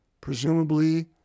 presumably